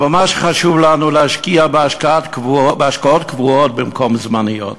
אבל מה שחשוב לנו זה להשקיע בהשקעות קבועות במקום בזמניות,